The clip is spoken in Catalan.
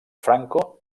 franco